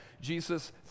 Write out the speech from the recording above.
Jesus